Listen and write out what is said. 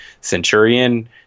Centurion